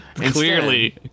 Clearly